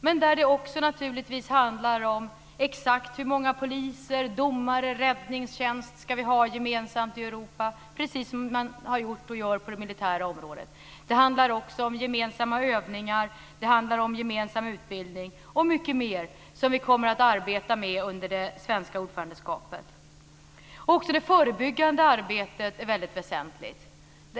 Men det handlar naturligtvis också om exakt hur många poliser, domare och räddningstjänster vi ska ha gemensamt i Europa, precis som det har gjort och gör på det militära området. Det handlar också om gemensamma övningar. Det handlar om gemensam utbildning och mycket mer som vi kommer att arbeta med under det svenska ordförandeskapet. Också det förebyggande arbetet är mycket väsentligt.